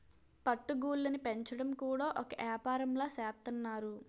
పట్టు గూళ్ళుని పెంచడం కూడా ఒక ఏపారంలా సేత్తన్నారు